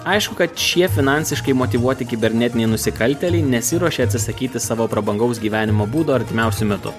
aišku kad šie finansiškai motyvuoti kibernetiniai nusikaltėliai nesiruošia atsisakyti savo prabangaus gyvenimo būdo artimiausiu metu